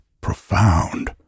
profound